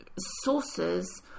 sources